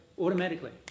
Automatically